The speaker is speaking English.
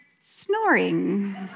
snoring